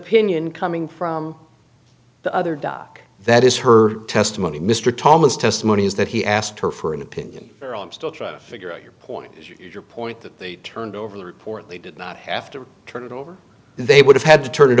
opinion coming from the other doc that is her testimony mr thomas testimony is that he asked her for an opinion i'm still trying to figure out your point your point that they turned over the report they did not have to turn it over they would have had to turn it